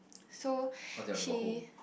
so she